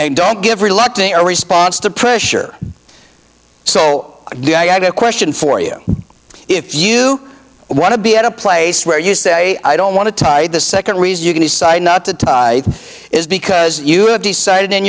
and don't give reluctant a response to pressure so yeah good question for you if you want to be at a place where you say i don't want to tie the second reason you can decide not to is because you've decided in